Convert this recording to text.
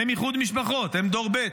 הם איחוד משפחות, הם דור ב'